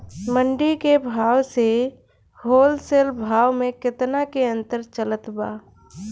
मंडी के भाव से होलसेल भाव मे केतना के अंतर चलत बा?